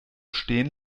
stehen